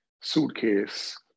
suitcase